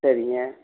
சரிங்க